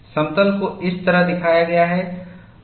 और समतल को इस तरह दिखाया गया है